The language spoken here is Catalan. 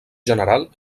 general